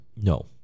No